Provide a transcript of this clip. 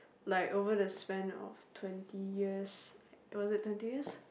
like over the span of twenty years was it twenty years